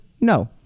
no